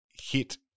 hit